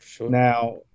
Now